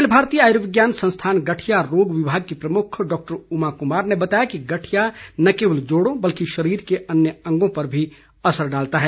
अखिल भारतीय आयुर्विज्ञान संस्थान गठिया रोग विभाग की प्रमुख डॉक्टर उमा कुमार ने बताया कि गठिया न केवल जोड़ों बल्कि शरीर के अन्य अंगों पर भी असर डालता है